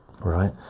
right